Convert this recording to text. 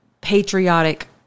patriotic